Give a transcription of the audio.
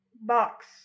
box